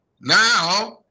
Now